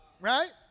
right